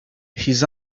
his